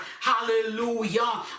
hallelujah